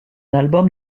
album